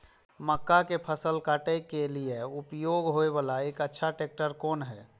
मक्का के फसल काटय के लिए उपयोग होय वाला एक अच्छा ट्रैक्टर कोन हय?